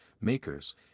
makers